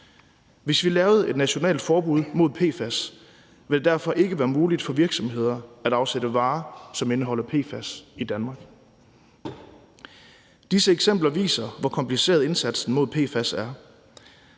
Hvis vi lavede et nationalt forbud mod PFAS, ville det derfor ikke være muligt for virksomheder at afsætte varer, som indeholder PFAS, i Danmark. Disse eksempler viser, hvor kompliceret indsatsen mod PFAS er,